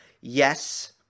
Yes